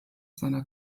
seiner